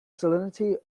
salinity